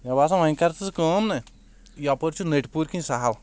مےٚ باسان وۄنۍ کر ژٕ کٲم نہ یپٲرۍ چھُ نٔٹۍ پوٗر کِنۍ سہل